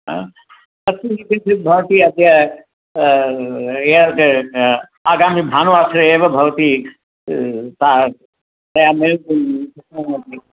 हा अस्तु किञ्चित् भवती अद्य यद आगामि भानुवासरे एव भवती सा